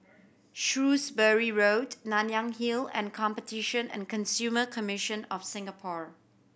Shrewsbury Road Nanyang Hill and Competition and Consumer Commission of Singapore